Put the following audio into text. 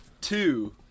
two